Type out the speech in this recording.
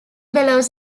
bellows